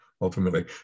ultimately